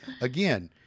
again